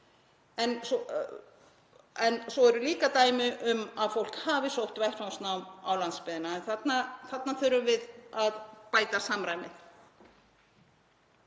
Svo eru líka dæmi um að fólk hafi sótt vettvangsnám á landsbyggðinni, en þarna þurfum við að bæta samræmið.